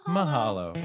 Mahalo